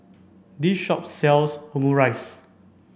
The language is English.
this shop sells Omurice